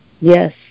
Yes